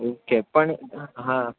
okay પણ હા